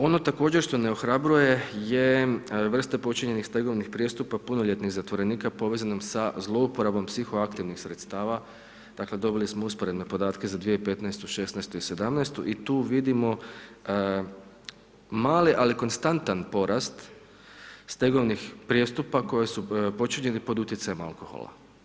Ono također što ne orobljuje je vrsta počinjenih stegovnih prijestupa punoljetnih zatvorenika povezanom sa zlouporabom psihoaktivnih sredstava, dakle, dobili smo usporedne podatke za 2015., 2016., 2017. i tu vidimo mali ali konstantan porast stegovnih prijestupa, koje su počinjeni pod utjecajem alkohola.